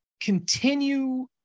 continue